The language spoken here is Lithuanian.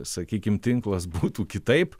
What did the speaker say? sakykim tinklas būtų kitaip